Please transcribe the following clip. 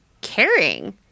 caring